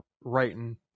writing